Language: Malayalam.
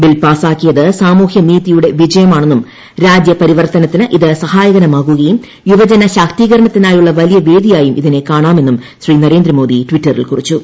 ബിൽ പാസാക്കിയത് സാമൂഹ്യ നീതിയുടെ വിജയമാണെന്നുംരാജ്യപരിവർത്തനത്തിന് ഇത് സഹായകരമാകുകയുംയുവജന ശാക്തീകരണത്തിനായുളള വലിയ വേദിയായും ഇതിനെ കാണാമെന്നും ശ്രീ നരേന്ദ്ര മോദി ടിറ്ററിൽ കുറിച്ചു